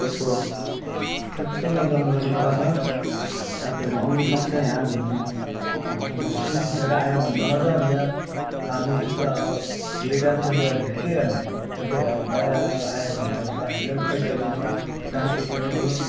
त्यसको त्यहाँ कस्तो मजा मजाको जग्गा छ तपाईँहरू आउनुसक्छ यहाँ घुम्नु अब तपाईँहरूले टुरिस्ट भएर आयो भने मजा हुन्छ हामी जस्तो अब बेकार मान्छेहरू यहाँ के गर्ने तपाईँहरू अब बाहिरदेखिको आयो भने अब त हामीलाई पनि पैसा दिनु दानपेटी उठाउनु